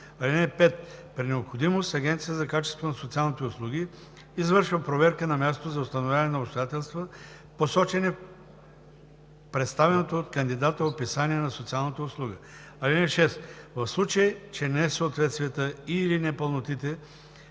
– 4. (5) При необходимост Агенцията за качеството на социалните услуги извършва проверка на място за установяване на обстоятелства, посочени в представеното от кандидата описание на социалната услуга. (6) В случай че несъответствията и/или непълнотите